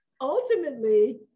ultimately